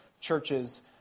churches